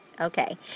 Okay